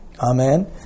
Amen